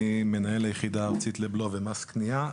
אני מנהל היחידה הארצית לבלו ומס קנייה,